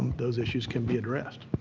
those issues can be addressed.